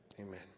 amen